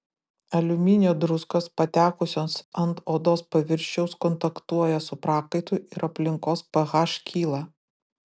aliuminio druskos patekusios ant odos paviršiaus kontaktuoja su prakaitu ir aplinkos ph kyla